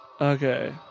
Okay